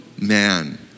man